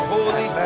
Holy